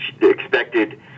expected